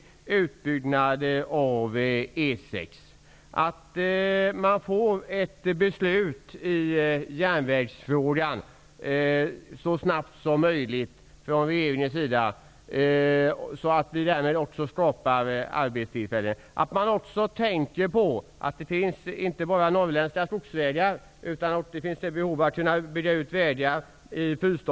Det är viktigt att det blir ett beslut från regeringen i järnvägsfrågan så snabbt som möjligt, så att vi kan skapa arbetstillfällen. Man bör också tänka på att det inte bara är i Norrland som det finns skogsvägar. Det finns även i fyrstadsområdet behov av att bygga ut vägar.